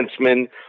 defenseman